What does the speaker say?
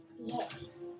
Yes